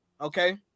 okay